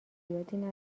زیادی